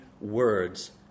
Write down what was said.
words